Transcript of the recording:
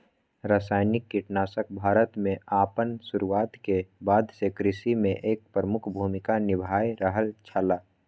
रासायनिक कीटनाशक भारत में आपन शुरुआत के बाद से कृषि में एक प्रमुख भूमिका निभाय रहल छला